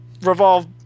revolve